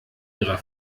ihrer